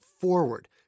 forward